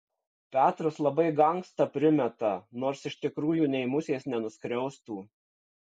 petras labai gangsta primeta nors iš tikrųjų nei musės nenuskriaustų